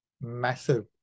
massive